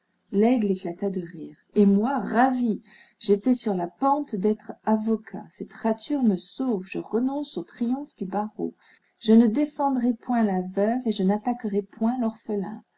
laigle éclata de rire et moi ravi j'étais sur la pente d'être avocat cette rature me sauve je renonce aux triomphes du barreau je ne défendrai point la veuve et je n'attaquerai point l'orphelin